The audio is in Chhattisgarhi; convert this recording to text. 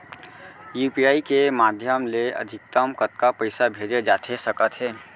यू.पी.आई के माधयम ले अधिकतम कतका पइसा भेजे जाथे सकत हे?